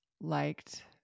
liked